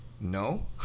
no